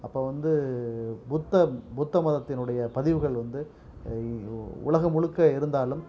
அப்போ வந்து புத்த புத்த மதத்தினுடைய பதிவுகள் வந்து இ உ உலக முழுக்க இருந்தாலும்